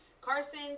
Carson